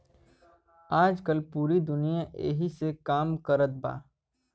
आजकल पूरी दुनिया ऐही से काम कारत बा